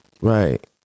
right